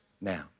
now